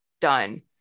done